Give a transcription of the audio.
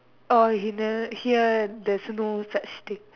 oh either here there's no such thing